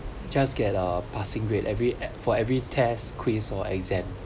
just get a passing grade every uh for every tests quizzes or exams